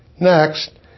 Next